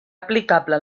aplicable